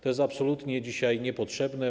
To jest absolutnie dzisiaj niepotrzebne.